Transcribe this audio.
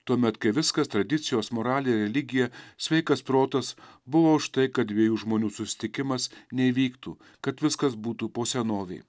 tuomet kai viskas tradicijos moralė religija sveikas protas buvo už tai kad dviejų žmonių susitikimas neįvyktų kad viskas būtų po senovei